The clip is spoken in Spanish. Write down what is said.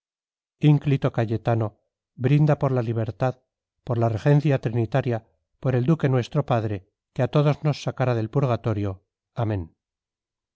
ínclito cayetano brinda por la libertad por la regencia trinitaria por el duque nuestro padre que a todos nos sacará del purgatorio amén